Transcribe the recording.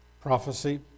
prophecy